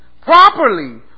properly